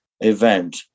event